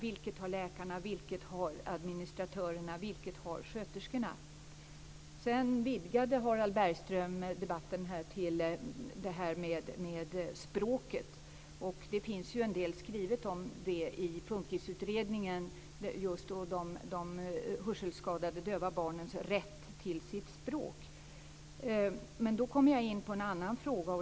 Vilket ansvar har läkare, administratörer och sköterskor? Harald Bergström vidgade debatten till att också handla om språket. Det finns ju en del skrivet i FUNKIS-utredningen om hörselskadade och döva barns rätt till sitt språk. Då kommer jag in på en annan fråga.